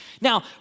Now